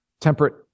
temperate